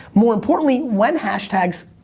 more importantly, when hashtags,